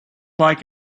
like